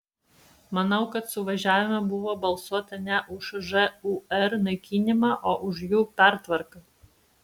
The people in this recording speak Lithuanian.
manau kad suvažiavime buvo balsuota ne už žūr naikinimą o už jų pertvarką